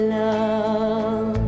love